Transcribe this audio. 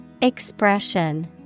Expression